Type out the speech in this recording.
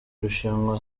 rushanwa